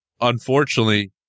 unfortunately